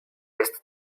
jest